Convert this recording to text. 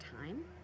time